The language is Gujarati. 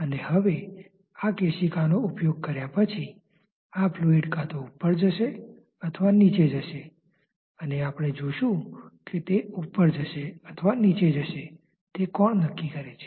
અને હવે આ કેશિકા નો ઉપયોગ કર્યા પછી આ ફ્લુઈડ કાં તો ઉપર જ્શે અથવા નીચે જશે અને આપણે જોશું કે તે ઉપર જ્શે અથવા નીચે જશે તે કોણ નક્કી કરે છે